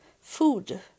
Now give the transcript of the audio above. food